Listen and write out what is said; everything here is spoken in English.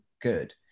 good